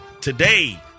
today